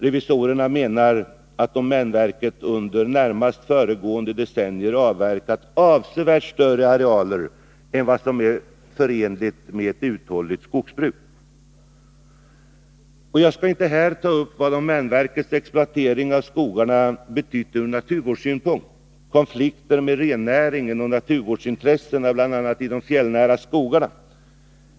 Revisorerna menar att domänverket under närmast föregående decennier avverkat avsevärt större arealer än vad som är förenligt med ett uthålligt skogsbruk. Jag skall inte här ta upp vad domänverkets exploatering av skogarna betytt ur naturvårdssynpunkt: konflikter med rennäringen och naturvårdsintressen ibl.a. de fjällnära skogarna.